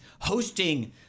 hosting